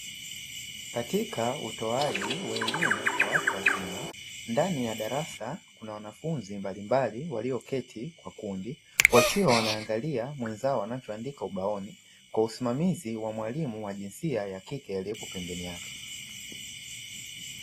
Katika utoaji wa elimu kwa watu wazima ndani ya darasa kuna wanafunzi mbalimbali walioketi kwa kundi, wakiwa wanaangalia mwenzao anachoandika ubaoni, kwa usimamizi wa mwalimu wa jinsia ya kike aliyepo pembeni yake.